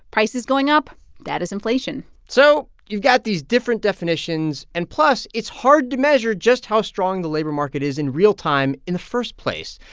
prices going up that is inflation so you've got these different definitions. and plus, it's hard to measure just how strong the labor market is in real time in the first place.